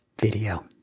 video